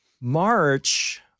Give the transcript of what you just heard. March